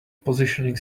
positioning